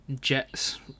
Jets